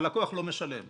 הלקוח לא משלם.